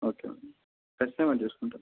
okay madam ఖచ్చితంగా నేను చేసుకుంటాను